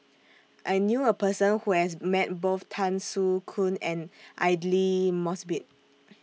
I knew A Person Who has Met Both Tan Soo Khoon and Aidli Mosbit